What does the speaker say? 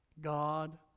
God